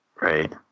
Right